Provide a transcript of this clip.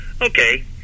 Okay